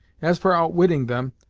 as for outwitting them,